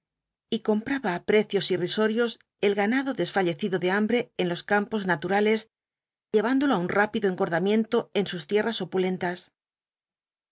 y compraba á precios irrisorios el ganado desfallecido de hambre en los campos naturales llevándolo á un rápido engordamiento en sus tierras opulentas